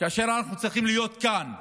כאשר אנחנו צריכים להיות כאן.